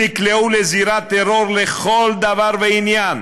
נקלעו לזירת טרור לכל דבר ועניין,